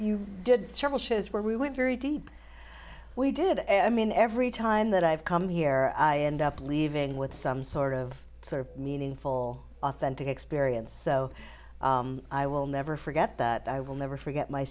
you did several shows where we went very deep we did and i mean every time that i've come here i end up leaving with some sort of meaningful authentic experience so i will never forget that i will never forget my